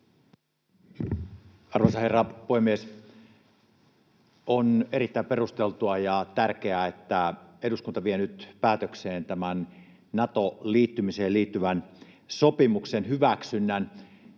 Arvoisa herra puhemies! On erittäin perusteltua ja tärkeää, että eduskunta vie nyt päätökseen tämän Nato-liittymiseen liittyvän sopimuksen hyväksynnän,